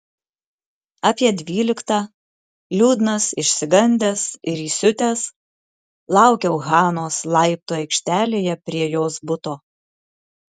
apie dvyliktą liūdnas išsigandęs ir įsiutęs laukiau hanos laiptų aikštelėje prie jos buto